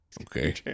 Okay